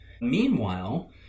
Meanwhile